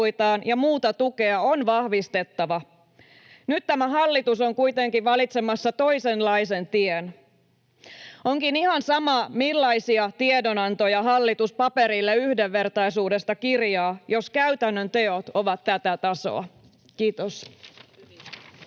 ja muuta tukea on vahvistettava. Nyt tämä hallitus on kuitenkin valitsemassa toisenlaisen tien. Onkin ihan sama, millaisia tiedonantoja hallitus paperille yhdenvertaisuudesta kirjaa, jos käytännön teot ovat tätä tasoa. — Kiitos.